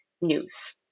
news